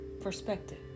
perspective